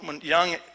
young